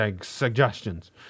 suggestions